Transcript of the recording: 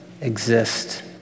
exist